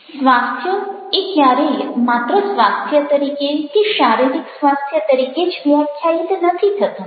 સ્વાસ્થ્ય એ ક્યારેય માત્ર સ્વાસ્થ્ય તરીકે કે શારીરિક સ્વાસ્થ્ય તરીકે જ વ્યાખ્યાયિત નથી થતું